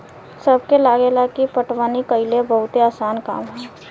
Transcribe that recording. सबके लागेला की पटवनी कइल बहुते आसान काम ह